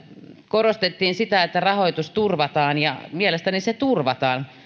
korostettiin sitä että rahoitus turvataan mielestäni se turvataan